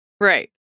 Right